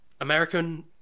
American